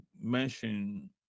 mention